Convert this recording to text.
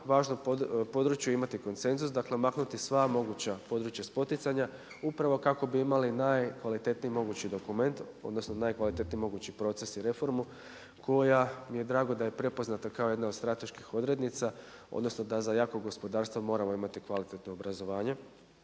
važnom području imati konsenzus maknuti sva moguća područja spoticanja upravo kako bi imali najkvalitetniji mogući dokument odnosno najkvalitetniji mogući proces i reformu koja mi je drago da je prepoznata kao jedna od strateških odrednica odnosno da za jako gospodarstvo moramo imati kvalitetno obrazovanje